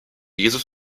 jesus